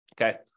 Okay